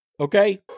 okay